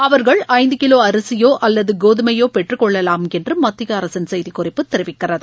அவர்கள் ஐந்துகிலோஅரிசிபோஅல்லதுகோதுமையோபெற்றுக் கொள்ளவாம் என்றுமத்தியஅரசின் செய்திக்குறிப்பு தெரிவிக்கிறது